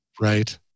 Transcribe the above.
Right